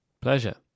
pleasure